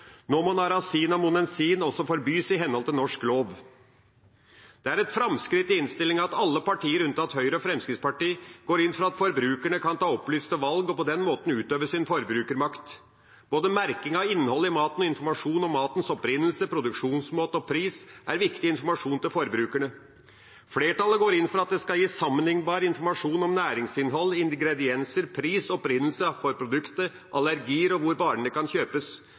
Nå må narasin og monensin også forbys i henhold til norsk lov. Det er et framskritt i innstillinga at alle partier unntatt Høyre og Fremskrittspartiet går inn for at forbrukerne kan ta opplyste valg og på den måten utøve sin forbrukermakt. Både merking av innhold i maten og informasjon om matens opprinnelse, produksjonsmåte og pris er viktig informasjon til forbrukerne. Flertallet går inn for at det skal gis sammenlignbar informasjon om næringsinnhold, ingredienser, pris, opprinnelsen til produktet, allergier og hvor varene kan kjøpes.